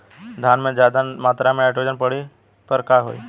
धान में ज्यादा मात्रा पर नाइट्रोजन पड़े पर का होई?